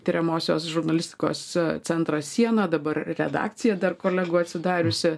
tiriamosios žurnalistikos centras siena dabar redakcija dar kolegų atsidariusi